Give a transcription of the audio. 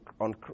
on